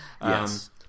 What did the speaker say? Yes